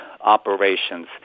operations